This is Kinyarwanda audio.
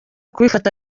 kubifata